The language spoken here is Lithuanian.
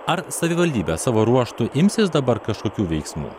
ar savivaldybė savo ruožtu imsis dabar kažkokių veiksmų